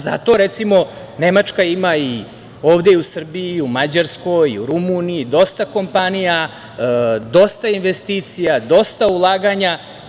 Zato, recimo, Nemačka ima ovde i u Srbiji, u Mađarskoj, u Rumuniji dosta kompanija, dosta investicija, dosta ulaganja.